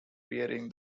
wearing